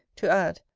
to add,